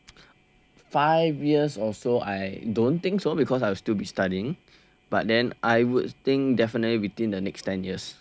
five years or so I don't think so because I will still be studying but then I would think definitely within the next ten years